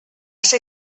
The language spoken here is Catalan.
ser